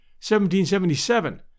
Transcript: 1777